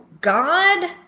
God